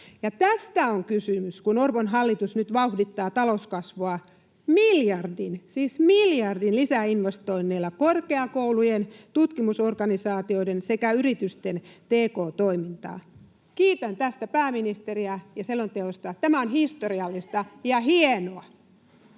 Tästä on kysymys, kun Orpon hallitus nyt vauhdittaa talouskasvua miljardin — siis miljardin — lisäinvestoinneilla korkeakoulujen, tutkimusorganisaatioiden sekä yritysten tk-toimintaan. Kiitän pääministeriä tästä, ja selonteosta. Tämä on historiallista ja hienoa.